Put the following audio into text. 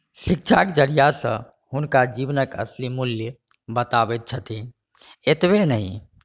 शिक्षाके जरिआसँ हुनका जीवनके असली मूल्य बताबैत छथिन एतबे नहि